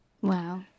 Wow